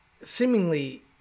seemingly